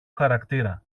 χαρακτήρα